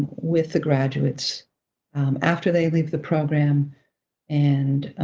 with the graduates after they leave the program and